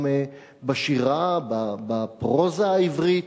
גם בשירה, בפרוזה העברית,